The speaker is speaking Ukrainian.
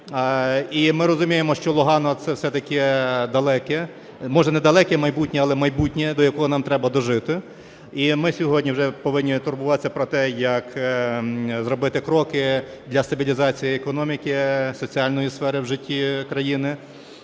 І ми розуміємо, що Лугано це все-таки далеке, може, не далеке майбутнє, але майбутнє, до якого нам треба дожити. І ми сьогодні вже повинні турбуватися про те, як зробити кроки для стабілізації економіки, соціальної сфери в житті країни,